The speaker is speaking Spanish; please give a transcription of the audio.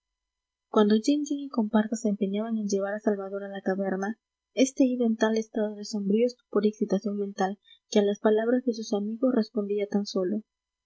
cuando jean jean y comparsa se empeñaban en llevar a salvador a la taberna este iba en tal estado de sombrío estupor y excitación mental que a las palabras de sus amigos respondía tan sólo